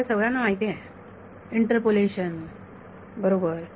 आपल्याला सर्वांना हा माहित आहे इंटरपोलेशन बरोबर